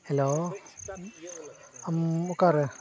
hello ᱟᱢ ᱚᱠᱟᱨᱮ